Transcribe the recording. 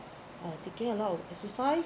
uh taking a lot of exercise